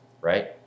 right